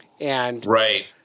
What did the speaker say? Right